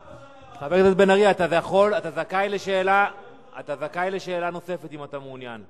אתה זכאי לשאלה נוספת, אם אתה מעוניין.